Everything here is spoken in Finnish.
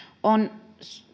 on